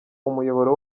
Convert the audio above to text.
umuyoboro